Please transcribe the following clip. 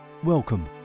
Welcome